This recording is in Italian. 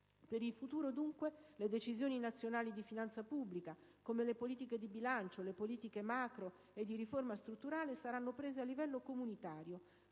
Per il futuro, dunque, le decisioni nazionali di finanza pubblica, come le politiche di bilancio, le politiche macroeconomiche e le riforme strutturali saranno prese a livello comunitario,